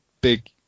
big